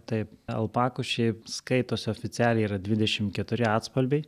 taip alpakų šiaip skaitosi oficialiai yra dvidešim keturi atspalviai